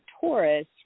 Taurus